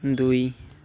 ଦୁଇ